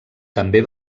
també